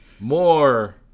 more